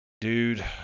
dude